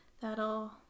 that'll